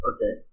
Okay